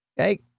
okay